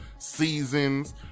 seasons